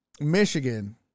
Michigan